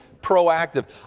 proactive